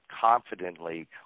confidently